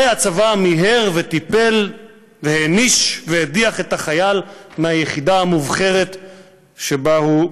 הצבא מיהר וטיפל והעניש והדיח את החייל מהיחידה המובחרת שבה הוא שירת.